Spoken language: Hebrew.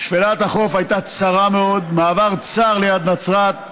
שפלת החוף הייתה צרה מאוד: מעבר צר ליד נצרת,